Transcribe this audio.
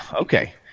Okay